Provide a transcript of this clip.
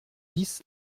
dix